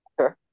Okay